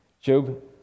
Job